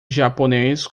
japonês